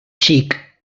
xic